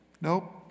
Nope